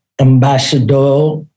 ambassador